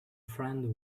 friend